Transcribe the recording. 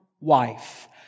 wife